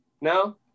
No